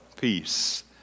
Peace